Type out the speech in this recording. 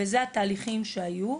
וזה התהליכים שהיו.